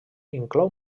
inclou